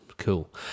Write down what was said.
Cool